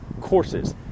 courses